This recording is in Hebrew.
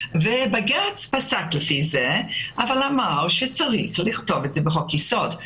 בג"ץ פסק לפי זה אבל אמר שצריך לכתוב את זה בחוק-יסוד.